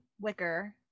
wicker